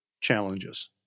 challenges